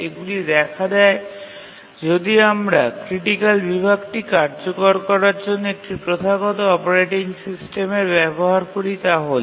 এগুলি দেখা দেয় যদি আমরা ক্রিটিকাল বিভাগটি কার্যকর করার জন্য একটি প্রথাগত অপারেটিং সিস্টেমের ব্যবহার করি তাহলে